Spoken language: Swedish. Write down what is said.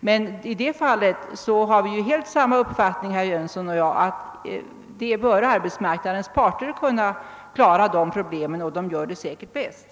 Men i det fallet har herr Jönsson och jag samma uppfattning: Arbetsmarknadens parter bör kunna lösa dessa problem, och de gör det säkerligen bäst.